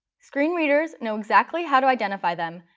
screen readers know exactly how to identify them,